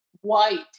white